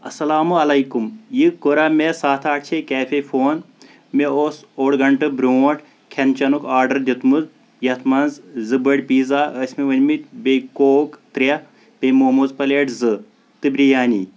اسلامُ علیکُم یہِ کوٚرا مےٚ سَتھ آٹھ شیےٚ کیفے فون مےٚ اوس اوڑ گھنٛٹہٕ برونٛٹھ کیٚھن چیٚنُک آرڈر دِتمُت یَتھ منٛز زٕ بٔڑۍ پِیزا ٲسۍ مےٚ ؤنمٕتۍ بیٚیہِ کوک ترٛےٚ بیٚیہِ موموز پَلیٚٹ زٕ تہٕ بِریانی